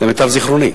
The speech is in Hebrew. למיטב זיכרוני,